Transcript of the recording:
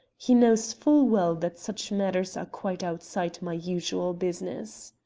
he knows full well that such matters are quite outside of my usual business.